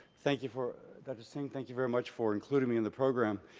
thank you for dr. singh, thank you very much for including me in the program.